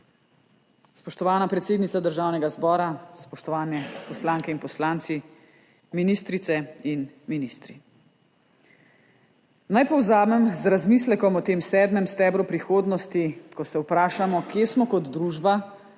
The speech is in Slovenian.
Spoštovana predsednica Državnega zbora, spoštovani poslanke in poslanci, ministrice in ministri! Naj povzamem z razmislekom o tem sedmem stebru prihodnosti, ko se vprašamo, kje smo kot družba,